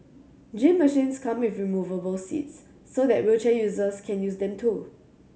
gym machines come with removable seats so that wheelchair users can use them too